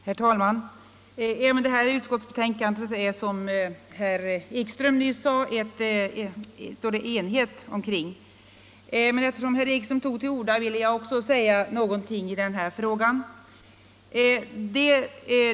Herr talman! Även det här utskottsbetänkandet råder det, som herr Ekström sade, enighet om. Men eftersom herr Ekström tog till orda vill jag också anföra ett par synpunkter.